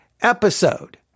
episode